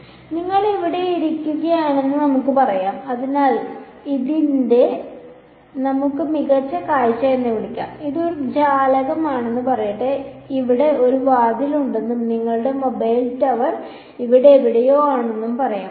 അതിനാൽ നിങ്ങൾ ഇവിടെ ഇരിക്കുകയാണെന്ന് നമുക്ക് പറയാം അതിനാൽ ഇതിനെ നമുക്ക് മികച്ച കാഴ്ച എന്ന് വിളിക്കാം ഇത് ഒരു ജാലകം ആണെന്ന് പറയട്ടെ ഇവിടെ ഒരു വാതിലുണ്ടെന്നും നിങ്ങളുടെ മൊബൈൽ ടവർ ഇവിടെ എവിടെയോ ഉണ്ടെന്നും പറയാം